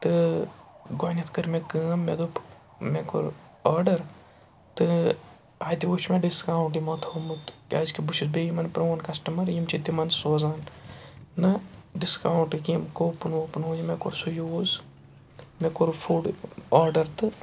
تہٕ گۄڈٕنٮ۪تھ کٔر مےٚ کٲم مےٚ دوٚپ مےٚ کوٚر آرڈَر تہٕ اَتہِ وٕچھ مےٚ ڈِسکاوُنٛٹ یِمو تھوٚمُت کیٛازِکہِ بہٕ چھُس بیٚیہِ یِمَن پرٛون کَسٹمَر یِم چھِ تِمَن سوزان نہٕ ڈِسکاوُنٛٹٕکۍ یِم کوپُن ووپُن ہُہ یہِ مےٚ کوٚر سُہ یوٗز مےٚ کوٚر فُڈ آرڈَر تہٕ